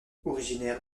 originaire